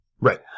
Right